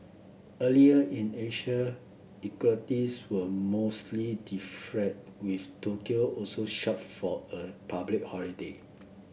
earlier in Asia equities were mostly deflated with Tokyo also shut for a public holiday